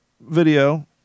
video